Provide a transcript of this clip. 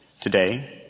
today